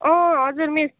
अँ हजुर मिस